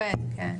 ככה זה עובד כן.